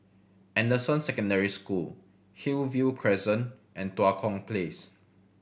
Anderson Secondary School Hillview Crescent and Tua Kong Place